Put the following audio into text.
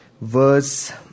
verse